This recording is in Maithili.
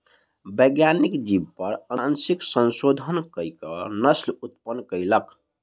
वैज्ञानिक जीव पर अनुवांशिक संशोधन कअ के नस्ल उत्पन्न कयलक